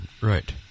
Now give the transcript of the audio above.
right